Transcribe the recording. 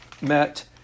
met